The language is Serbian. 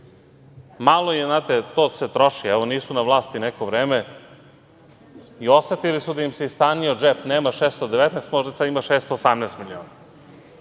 im, znate, to se troši, evo, nisu na vlasti neko vreme i osetili su da im se istanjio džep, nema 619, možda sad ima 618 miliona.